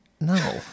No